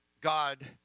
God